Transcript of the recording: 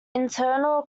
internal